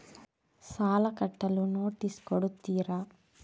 ಸಾಲ ಕಟ್ಟಲು ನೋಟಿಸ್ ಕೊಡುತ್ತೀರ?